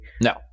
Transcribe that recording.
No